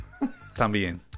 También